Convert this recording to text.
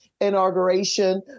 inauguration